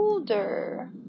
older